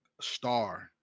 Star